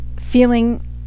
Feeling